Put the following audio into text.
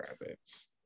rabbits